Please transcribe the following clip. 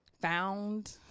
found